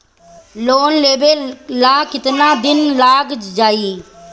Loan लेबे ला कितना दिन लाग जाई?